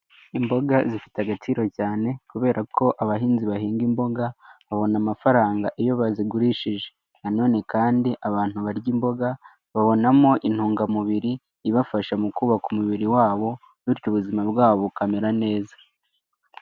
Imboga zifite agaciro cyane, kubera ko abahinzi bahinga imboga babona amafaranga iyo bazigurishije. Nanone kandi abantu barya imboga babonamo intungamubiri ibafasha mu kubaka umubiri wabo, bityo ubuzima bwabo bukamera neza.